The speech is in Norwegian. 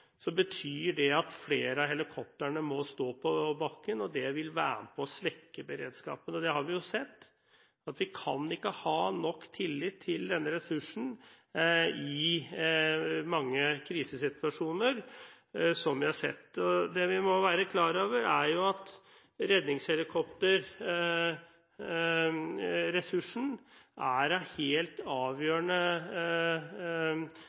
betyr det at flere av helikoptrene må stå på bakken, og det vil være med på å svekke beredskapen. Det har vi sett, at vi ikke kan ha nok tillit til denne ressursen i mange krisesituasjoner. Det vi må være klar over, er at redningshelikopterressursen er av helt